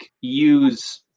use